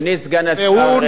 אוחז את השור בקרניו.